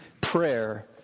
prayer